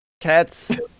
Cats